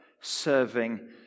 serving